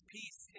peace